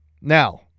Now